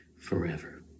forever